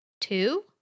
Two